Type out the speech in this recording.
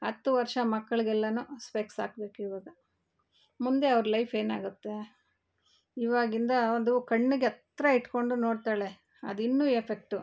ಹತ್ತು ವರ್ಷ ಮಕ್ಳಿಗೆಲ್ಲ ಸ್ಪೆಕ್ಸ್ ಹಾಕ್ಬೇಕ್ ಇವಾಗ ಮುಂದೆ ಅವ್ರ ಲೈಫ್ ಏನಾಗುತ್ತೆ ಇವಾಗಿಂದ ಒಂದು ಕಣ್ಣಿಗೆ ಹತ್ರ ಇಟ್ಕೊಂಡು ನೋಡ್ತಾಳೆ ಅದು ಇನ್ನು ಎಫೆಕ್ಟು